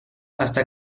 hasta